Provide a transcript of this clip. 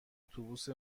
اتوبوس